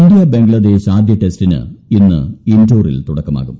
India Bangladesh ആദ്യ ടെസ്റ്റിന് ഇന്ന് ഇൻഡോറിൽ തുടക്കമാകും